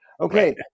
Okay